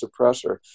suppressor